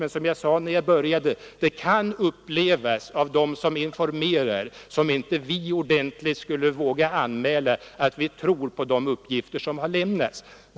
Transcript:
Men som jag inledningsvis sade kan det av dem som informerar oss upplevas som om vi inte skulle våga tala om att vi tror på de uppgifter som lämnas.